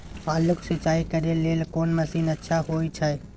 आलू के सिंचाई करे लेल कोन मसीन अच्छा होय छै?